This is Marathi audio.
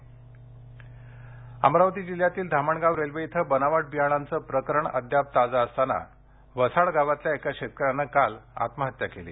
शेतकरी आत्महत्त्या अमरावती जिल्ह्यातील धामणगाव रेल्वे इथं बनावट बियाणांचं प्रकरण अद्याप ताजं असताना वसाड गावातल्या एका शेतकऱ्यानं काल आत्महत्या केली